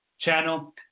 Channel